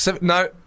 no